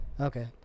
Okay